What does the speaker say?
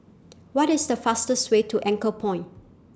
What IS The fastest Way to Anchorpoint